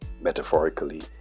metaphorically